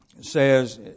says